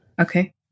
Okay